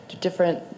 different